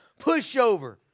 pushover